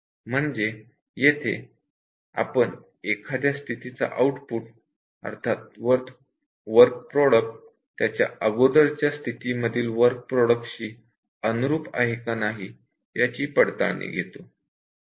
आपण एखाद्या स्थितीचा आउटपुट अर्थात वर्क प्रॉडक्ट त्याच्या अगोदरच्या स्थितीमधील वर्क प्रॉडक्ट शी अनुरूप आहे का नाही याची येथे पडताळणी घेतो